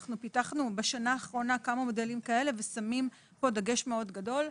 אנחנו פיתחנו בשנה האחרונה כמה מודלים כאלה ושמים פה דגש מאוד גדול.